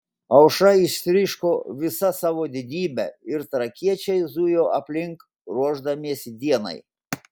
aušra ištryško visa savo didybe ir trakiečiai zujo aplink ruošdamiesi dienai